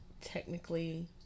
technically